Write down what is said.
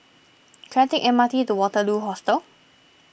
can I take M R T to Waterloo Hostel